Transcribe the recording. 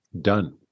done